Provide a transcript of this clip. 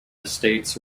estates